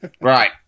Right